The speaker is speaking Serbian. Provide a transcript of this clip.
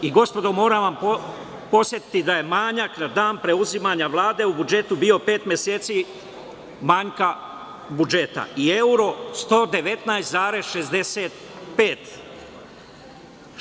Gospodo, moram vas podsetiti da je manjak na dan preuzimanja Vlade u budžetu bio pet meseci manjka budžeta i euro 119,65.